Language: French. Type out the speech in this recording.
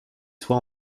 soit